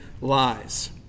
lies